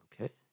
Okay